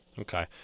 Okay